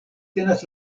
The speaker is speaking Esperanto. tenas